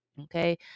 Okay